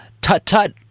tut-tut